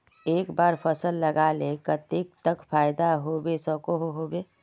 एक बार फसल लगाले कतेक तक फायदा होबे सकोहो होबे?